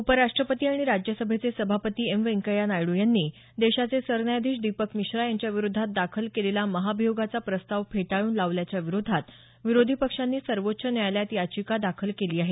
उपराष्टपती आणि राज्यसभेचे सभापती एम व्यंकय्या नायड्र यांनी देशाचे सरन्यायाधीश दीपक मिश्रा यांच्या विरोधात दाखल केलेला महाभियोगाचा प्रस्ताव फेटाळून लावल्याच्या विरोधात विरोधी पक्षांनी सर्वोच्च न्यायालयात याचिका दाखल केली आहे